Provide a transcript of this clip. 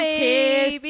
kiss